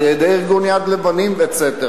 על-ידי ארגון "יד לבנים" וכו'.